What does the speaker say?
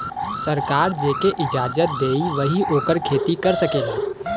सरकार जेके इजाजत देई वही ओकर खेती कर सकेला